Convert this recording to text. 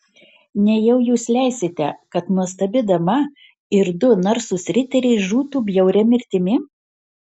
nejau jūs leisite kad nuostabi dama ir du narsūs riteriai žūtų bjauria mirtimi